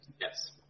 Yes